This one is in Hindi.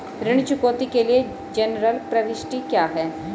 ऋण चुकौती के लिए जनरल प्रविष्टि क्या है?